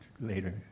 later